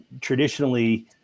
traditionally